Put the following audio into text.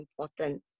important